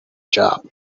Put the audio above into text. job